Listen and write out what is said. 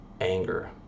anger